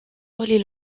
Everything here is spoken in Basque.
hori